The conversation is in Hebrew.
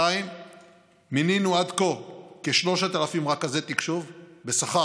2. מינינו עד כה כ-3,000 רכזי תקשוב בשכר,